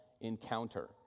encounter